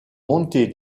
monter